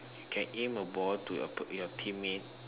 you can aim the ball to your teammate